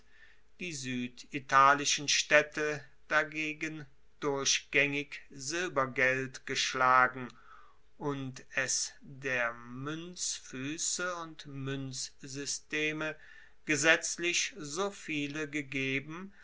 die sueditalischen staedte dagegen durchgaengig silbergeld geschlagen und es der muenzfuesse und muenzsysteme gesetzlich so viele gegeben